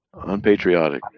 Unpatriotic